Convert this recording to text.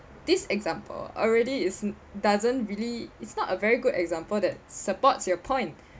this example already is n~ doesn't really it's not a very good example that supports your point